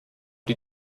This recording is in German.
die